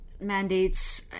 mandates